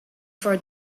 for